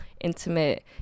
intimate